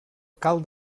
cal